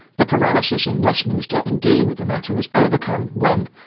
the paralysis in westminster in dealing with the matter was overcome when,